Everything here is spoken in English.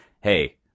Hey